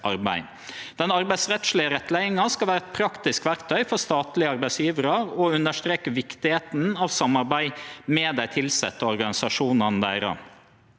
Den arbeidsrettslege rettleiinga skal vere eit praktisk verktøy for statlege arbeidsgjevarar og understreke viktigheita av samarbeid med dei tilsette og organisasjonane deira.